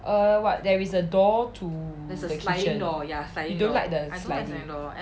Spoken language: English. err what there is a door to the kitchen you don't like the sliding door